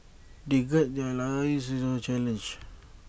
they gird their loins in the challenge